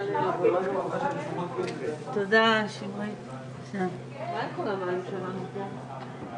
היה גם תהליך של שימוע אחרי פרסום נוסח התקנות